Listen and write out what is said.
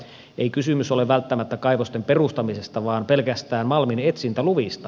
ei kysymys ole välttämättä kaivosten perustamisesta vaan pelkästään malminetsintäluvista